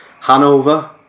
Hanover